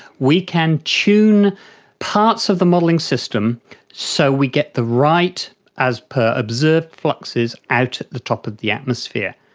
we can tune parts of the modelling system so we get the right as per observed fluxes out at the top of the atmosphere.